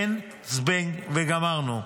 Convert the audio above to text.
אין זבנג וגמרנו.